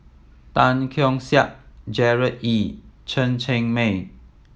Tan Keong Saik Gerard Ee Chen Cheng Mei